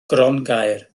grongaer